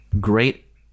great